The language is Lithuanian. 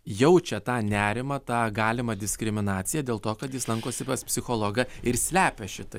jaučia tą nerimą tą galimą diskriminaciją dėl to kad jis lankosi pas psichologą ir slepia šitą